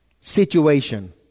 situation